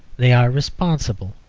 they are responsible,